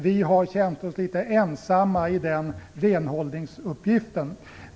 Vi har känt oss litet ensamma i den renhållningsuppgiften.